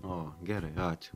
o gerai ačiū